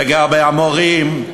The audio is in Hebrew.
לגבי המורים,